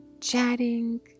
chatting